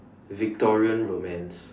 Victorian romance